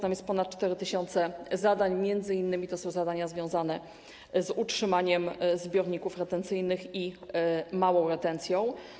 Tam jest ponad 4 tys. zadań, m.in. to są zadania związane z utrzymaniem zbiorników retencyjnych i małą retencją.